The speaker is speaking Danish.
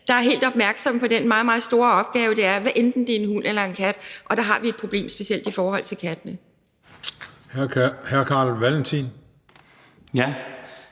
der er helt opmærksomme på den meget, meget store opgave, det er, hvad enten det er en hund eller en kat. Og der har vi et problem specielt i forhold til kattene. Kl. 10:49 Den fg.